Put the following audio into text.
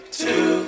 two